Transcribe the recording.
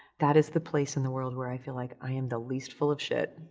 that is the place in the world where i feel like i am the least full of shit.